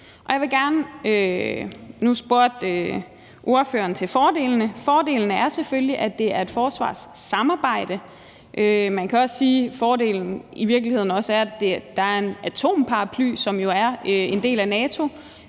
Nu spurgte ordføreren til fordelene, og fordelen er selvfølgelig, at det er et forsvarssamarbejde. Man kan også sige, at fordelen i virkeligheden også er, at der er en atomparaply, som jo er en del af NATO,